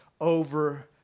over